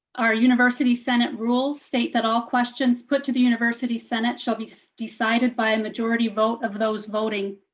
our university senate rules state that all questions put to the university senate shall be decided by a majority vote of those voting.